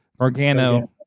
organo